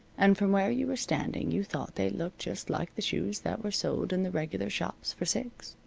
and from where you were standing you thought they looked just like the shoes that were sold in the regular shops for six.